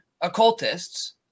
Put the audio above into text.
occultists